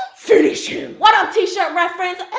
finish him. what up t-shirt reference?